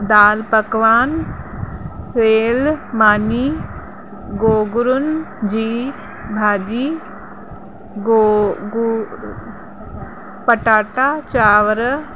दाल पकवान सेयल मानी गोगड़ुनि जी भाॼी गोगड़ू पटाटा चावर